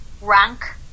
rank